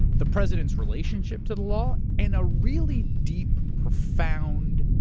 the president's relationship to the law and ah really deep profound,